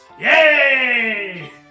Yay